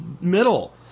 middle